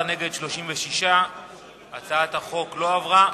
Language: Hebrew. בעד 19, נגד 36. הצעת החוק לא התקבלה.